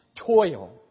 toil